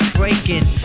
breaking